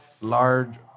large